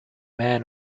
men